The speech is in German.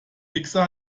mixer